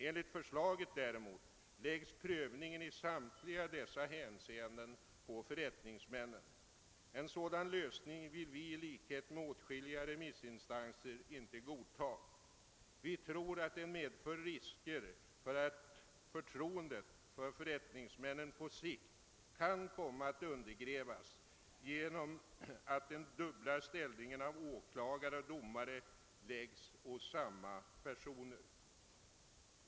Enligt förslaget läggs däremot pröv ningen i samtliga dessa hänseenden på förrättningsmännen. En sådan lösning vill vi i likhet med åtskilliga remissinstanser inte godta. Vi tror att den medför risker för att förtroendet för förrättningsmännen på sikt kan komma att undergrävas genom att den dubbla ställningen av åklagare och domare läggs på samma personer.